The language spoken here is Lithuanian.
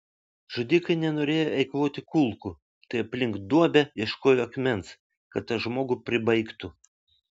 žudikai nenorėjo eikvoti kulkų tai aplink duobę ieškojo akmens kad tą žmogų pribaigtų